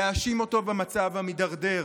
להאשים אותו במצב המידרדר.